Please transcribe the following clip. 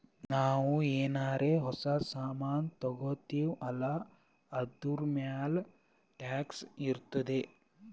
ನಾವು ಏನಾರೇ ಹೊಸ ಸಾಮಾನ್ ತಗೊತ್ತಿವ್ ಅಲ್ಲಾ ಅದೂರ್ಮ್ಯಾಲ್ ಟ್ಯಾಕ್ಸ್ ಇರ್ತುದೆ